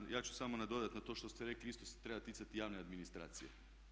Pa da, ja ću samo nadodati na to što ste rekli isto se treba ticati javne administracije.